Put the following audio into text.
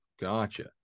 Gotcha